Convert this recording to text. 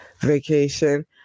vacation